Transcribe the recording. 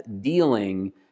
dealing